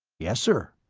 yes, sir.